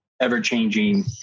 ever-changing